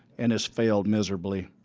and has failed miserably.